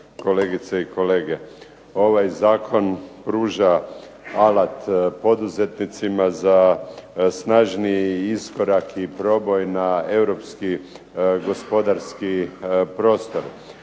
kolegice i kolege. Ovaj zakon pruža alat poduzetnicima za snažniji iskorak i proboj na europski gospodarski prostor.